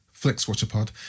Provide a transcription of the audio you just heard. FlixWatcherPod